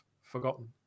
forgotten